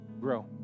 Grow